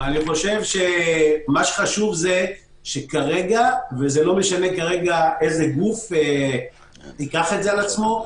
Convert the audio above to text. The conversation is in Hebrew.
אני חושב שחשוב שכרגע ולא משנה איזה גוף ייקח את זה על עצמו,